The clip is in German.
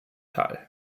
teil